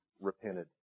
repented